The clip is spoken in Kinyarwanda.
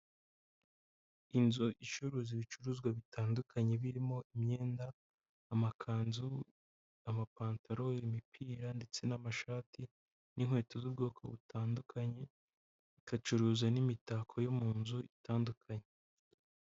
Inzu icuruza ibicuruzwa bitandukanye birimo imyenda, amakanzu, amapantaro, imipira ndetse n'amashati n'inkweto z'ubwoko butandukanye, igacuruza n'imitako yo mu nzu itandukanye.